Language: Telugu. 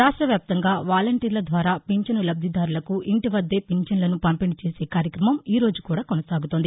రాష్ట వ్యాప్తంగా వాలంటీర్ల ద్వారా పింఛను లబ్దిదారులకు ఇంటి వద్దే పింఛన్లను పంపిణీ చేసే కార్యక్రమం ఈ రోజు కూడా కొనసాగుతోంది